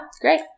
great